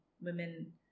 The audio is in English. women